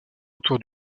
autour